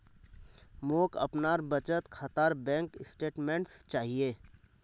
मोक अपनार बचत खातार बैंक स्टेटमेंट्स चाहिए